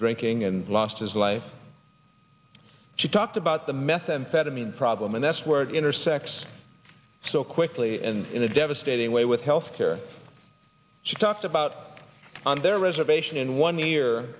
drinking and lost his life she talked about the methamphetamine problem and that's where it intersects so quickly and in a devastating way with health care she talked about on their reservation in one year